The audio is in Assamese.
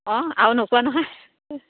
অঁ আৰু নোকোৱা নহয়